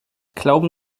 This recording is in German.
glauben